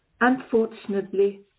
Unfortunately